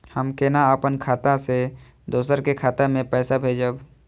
हम केना अपन खाता से दोसर के खाता में पैसा भेजब?